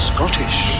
Scottish